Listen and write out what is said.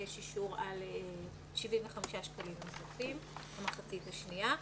לבקש אישור על 75 שקלים נוספים, המחצית השנייה.